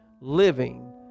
living